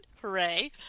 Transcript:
Hooray